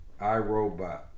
iRobot